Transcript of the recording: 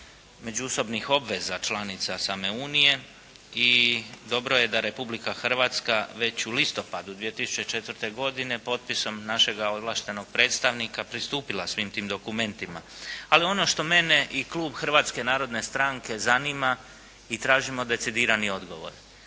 međusobnih obveza članice same unije i dobro je da Republika Hrvatska već u listopadu 2004. godine potpisom našega ovlaštenoga predstavnika pristupila svim tim dokumentima. Ali ono što mene i klub Hrvatske narodne stranke zanima i tražimo decidirani odgovor.